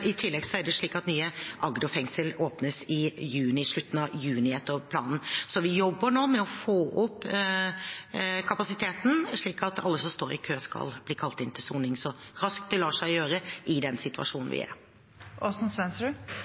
det sånn, slik at det ligger kapasitet der. I tillegg åpnes nye Agder fengsel i juni – i slutten av juni etter planen. Så vi jobber nå med å få opp kapasiteten, slik at alle som står i kø, skal bli kalt inn til soning så raskt det lar seg gjøre i den situasjonen vi